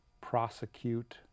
prosecute